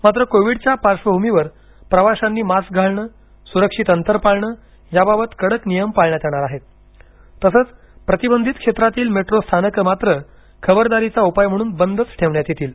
मात्र कोविडच्या पार्श्वभूमीवर प्रवाशांनी मास्क घालणं सुरक्षित अंतर पाळणं याबाबत कडक नियम पाळण्यात येणार आहेत तसंच प्रतिबंधित क्षेत्रातील मेट्रो स्थानकं मात्र खबरदारीचा उपाय म्हणून बंदच ठेवण्यात येतील